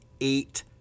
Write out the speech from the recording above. eight